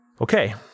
Okay